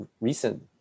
recent